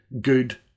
good